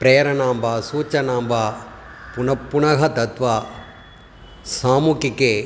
प्रेरणां वा सूचनां वा पुनप्पुनः दत्वा सामुहिके